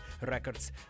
Records